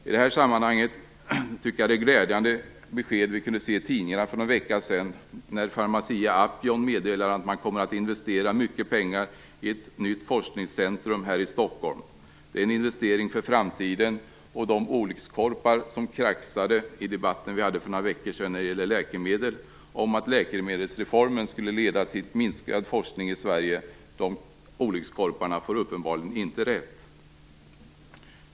I det här sammanhanget är det glädjande besked som fick i tidningarna för någon vecka sedan. Pharmacia & Upjohn har ju meddelat att man kommer att investera mycket pengar i ett nytt forskningscentrum här i Stockholm. Det är en investering för framtiden. De olyckskorpar som i den debatt om läkemedel som vi hade för några veckor sedan kraxade om att läkemedelsreformen skulle leda till minskad forskning i Sverige får uppenbarligen inte rätt.